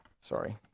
Sorry